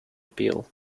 appeal